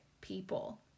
people